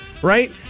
Right